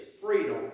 freedom